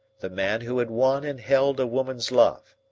the man who had won and held a woman's love.